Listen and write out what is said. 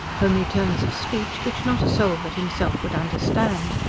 homely turns of speech, which not a soul but himself would understand.